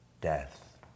death